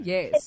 Yes